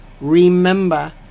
remember